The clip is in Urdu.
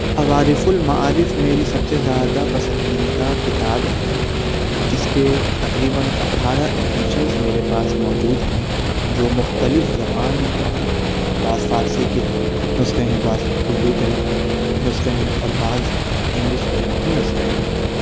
عوارف المعارف میری سب سے زیادہ پسندیدہ کتاب ہے جس کے تقریباً اٹھارہ ایڈیشنس میرے پاس موجود ہیں جو مختلف زبان پر ہیں بعض فارسی کے نسخے ہیں بعض اردو کے نسخے ہیں اور بعض انگلش کے بھی نسخے ہیں